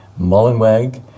Mullenweg